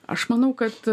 aš manau kad